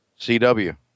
CW